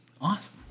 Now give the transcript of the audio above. Awesome